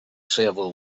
civil